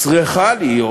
צריכה להיות,